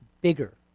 bigger